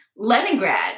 Leningrad